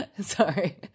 sorry